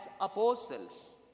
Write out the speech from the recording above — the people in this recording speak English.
apostles